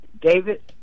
David